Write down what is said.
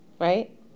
Right